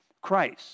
Christ